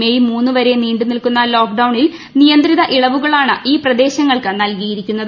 May മൂന്നുവരെ നീണ്ടുനിൽക്കുന്ന ലോക്ഡൌണിൽ നിയന്ത്രിത ഇളവുകളാണ് ഈ പ്രദേശങ്ങൾക്ക് നൽകിയിരിക്കുന്നത്